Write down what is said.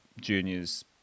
juniors